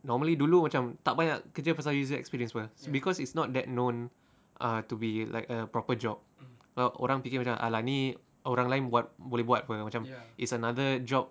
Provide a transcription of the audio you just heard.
normally macam tak banyak kerja pasal user experience mah because it's not that known to be uh to be like a proper job orang fikir macam !alah! ni orang lain buat boleh buat [pe] macam it's another job